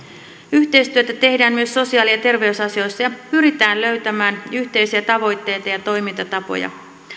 yhteistyötä tehdään myös sosiaali ja terveysasioissa ja pyritään löytämään yhteisiä tavoitteita ja toimintatapoja